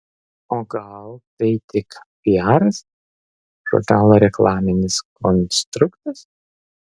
o gal tai tik piaras žurnalo reklaminis konstruktas